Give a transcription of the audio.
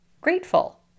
grateful